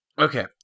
Okay